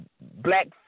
black